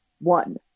One